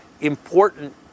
important